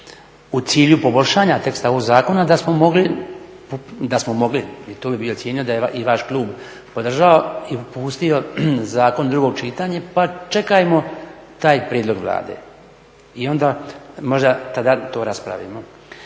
u cilju poboljšanja teksta ovog zakona, da smo mogli i tu bih ocijenio da je i vaš klub podržao i pustio zakon u drugo čitanje pa čekajmo taj prijedlog Vlade i onda možda tada to raspravimo.